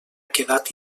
quedat